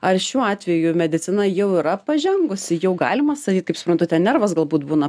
ar šiuo atveju medicina jau yra pažengusi jau galima sakyt kaip suprantu ten nervas galbūt būna